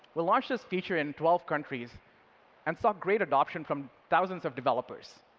we launched the feature in twelve countries and saw great adoption from thousands of developers